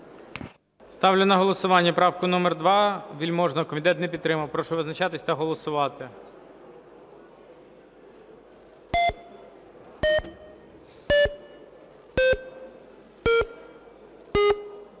Ставлю на голосування правку номер 2 Вельможного. Комітет не підтримав. Прошу визначатись та голосувати. 14:42:54